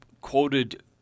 quoted